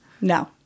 No